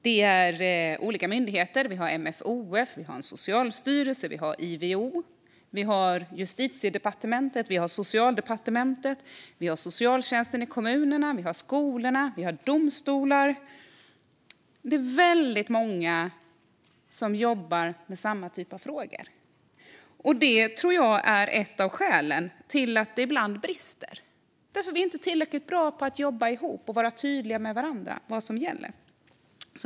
Det är många olika myndigheter - MFoF, Socialstyrelsen, IVO, Justitiedepartementet, Socialdepartementet, socialtjänsten i kommunerna, skolorna och domstolar - som jobbar med samma typ av frågor. Det tror jag är ett av skälen till att det ibland brister. Vi är inte tillräckligt bra på att jobba ihop och vara tydliga med varandra om vad som gäller.